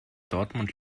dortmund